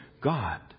God